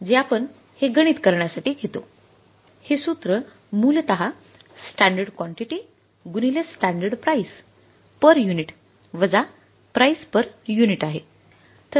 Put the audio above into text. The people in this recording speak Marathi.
जे आपण हे गणित करण्यासाठी घेतो हे सूत्र मूलतः स्टॅंडर्ड कॉन्टिटी पर युनिट वजा प्राईस पर युनिट आहे